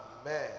Amen